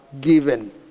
Given